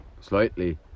slightly